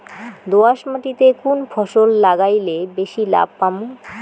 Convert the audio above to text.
দোয়াস মাটিতে কুন ফসল লাগাইলে বেশি লাভ পামু?